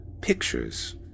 Pictures